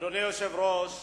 אדוני היושב-ראש,